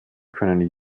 können